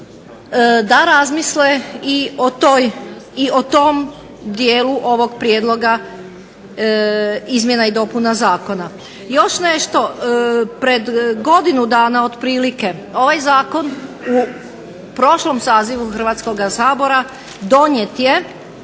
da razmisle i o tom dijelu ovog prijedloga izmjena i dopuna zakona. Još nešto, pred godinu dana otprilike ovaj zakon u prošlom sazivu Hrvatskoga sabora donijet je